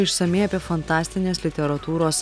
išsamiai apie fantastinės literatūros